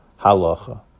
Halacha